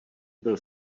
byl